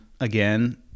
again